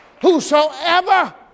Whosoever